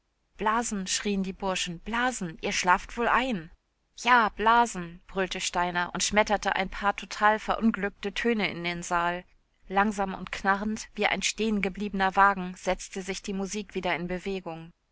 blasen schrien die burschen blasen ihr schlaft wohl ein ja blasen brüllte steiner und schmetterte ein paar total verunglückte töne in den saal langsam und knarrend wie ein stehengebliebener wagen setzte sich die musik wieder in bewegung